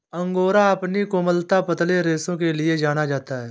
angora अपनी कोमलता, पतले रेशों के लिए जाना जाता है